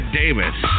davis